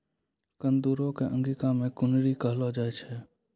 कुंदरू कॅ अंगिका मॅ कुनरी कहलो जाय छै